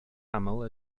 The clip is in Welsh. aml